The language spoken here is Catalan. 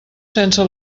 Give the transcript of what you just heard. sense